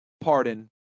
pardon